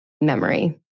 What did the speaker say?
memory